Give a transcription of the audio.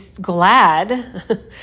glad